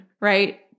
right